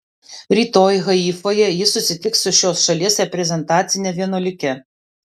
rytoj haifoje ji susitiks su šios šalies reprezentacine vienuolike